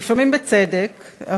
לפעמים בצדק,